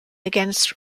against